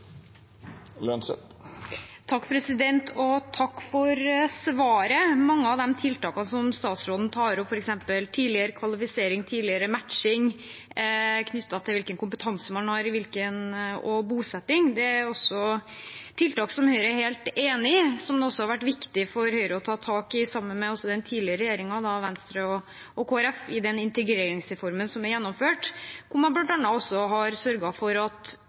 Takk for svaret. Mange av de tiltakene som statsråden tar opp, f.eks. tidligere kvalifisering, tidligere matching knyttet til hvilken kompetanse man har, og bosetting, er tiltak som Høyre er helt enig i, og som det har vært viktig for Høyre å ta tak i i den forrige regjeringen sammen med Venstre og Kristelig Folkeparti i forbindelse med integreringsreformen som er gjennomført, hvor man bl.a. sørget for at man har rett på å oppnå et visst nivå i norskferdigheter, framfor at